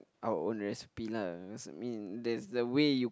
our own recipe lah there's I mean that's the way you